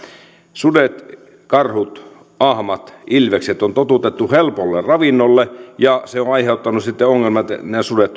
sudet karhut ahmat ilvekset on totutettu helpolle ravinnolle ja se on aiheuttanut sitten ongelmia nämä sudet